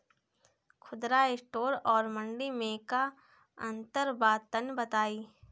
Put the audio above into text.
खुदरा स्टोर और मंडी में का अंतर बा तनी बताई?